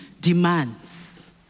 demands